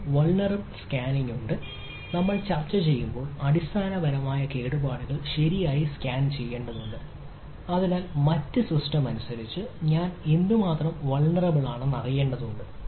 ഒരു vulnerable scanning ഉണ്ട് നമ്മൾ ചർച്ചചെയ്യുമ്പോൾ അടിസ്ഥാനപരമായി കേടുപാടുകൾ ശരിയായി സ്കാൻ ചെയ്യേണ്ടതുണ്ട് അതിനാൽ മറ്റ് സിസ്റ്റമനുസരിച്ച് ഞാൻ എത്രമാത്രം വൾനറിബിൾ അറിയേണ്ടതുണ്ട്